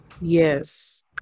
Yes